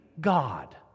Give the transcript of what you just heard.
God